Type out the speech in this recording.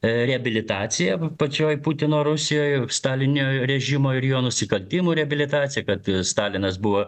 reabilitacija pačioj putino rusijoje stalininio režimo ir jo nusikaltimų reabilitacija kad stalinas buvo